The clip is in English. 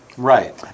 Right